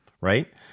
right